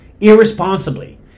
irresponsibly